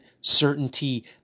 certainty